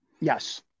Yes